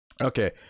Okay